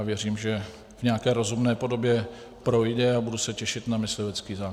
Já věřím, že v nějaké rozumné podobě projde, a budu se těšit na myslivecký zákon.